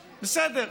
בסדר.